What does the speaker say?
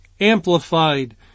amplified